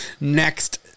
Next